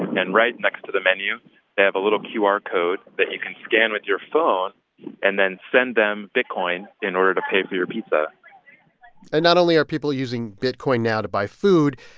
and right next to the menu, they have a little qr code that you can scan with your phone and then send them bitcoin in order to pay for your pizza and not only are people using bitcoin now to buy food,